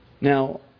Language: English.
Now